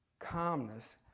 calmness